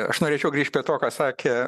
aš norėčiau grįžt prie to ką sakė